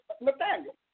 Nathaniel